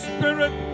Spirit